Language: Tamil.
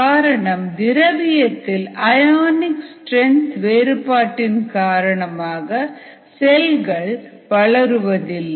காரணம் திரவியத்தில் அயோனிக் ஸ்ட்ரென்த் வேறுபாட்டின் காரணமாக செல்கள் வளருவதில்லை